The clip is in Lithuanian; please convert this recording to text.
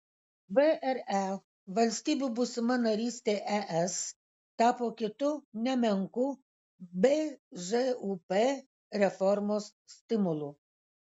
vre valstybių būsima narystė es tapo kitu nemenku bžūp reformos stimulu